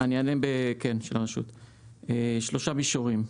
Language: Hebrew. אענה בשלושה מישורים.